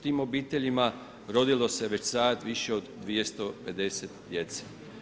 Tim obiteljima, rodilo se već sada više od 250 djece.